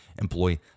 employ